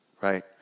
right